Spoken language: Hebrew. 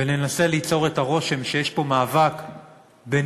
וננסה ליצור את הרושם שיש פה מאבק בין